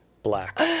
black